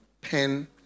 pen